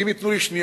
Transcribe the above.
אם ייתנו לי שנייה,